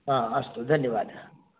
आम् अस्तु धन्यवाद